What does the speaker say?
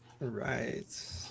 Right